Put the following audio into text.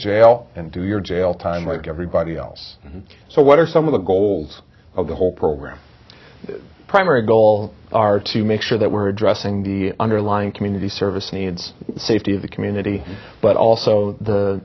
jail and do your jail time like everybody else and so what are some of the goals of the whole program primary goal are to make sure that we're addressing the underlying community service needs safety of the community but also the